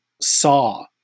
saw